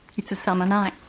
it's a summer night,